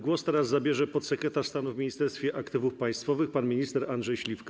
Głos zabierze podsekretarz stanu w Ministerstwie Aktywów Państwowych pan minister Andrzej Śliwka.